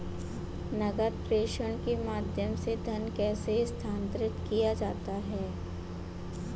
नकद प्रेषण के माध्यम से धन कैसे स्थानांतरित किया जाता है?